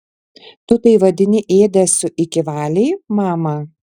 tu tai vadini ėdesiu iki valiai mama